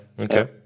okay